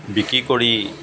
বিক্ৰী কৰি